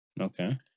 okay